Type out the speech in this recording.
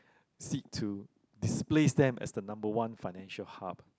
seek to displace them as the number one financial hub